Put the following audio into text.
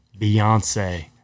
Beyonce